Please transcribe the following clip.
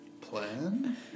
Plan